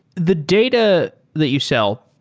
the data that you sell,